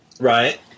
right